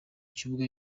kibuga